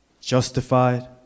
justified